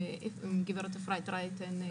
גברת אפרת רייטן,